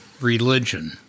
religion